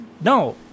No